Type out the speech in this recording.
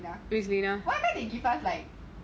why can't they give us like